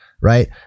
Right